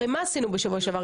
הרי מה עשינו שבוע שעבר?